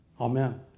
Amen